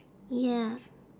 ya